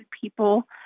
people